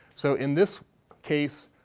so in this case,